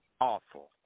awful